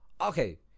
okay